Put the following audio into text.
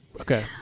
Okay